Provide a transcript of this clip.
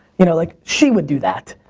you know like she would do that,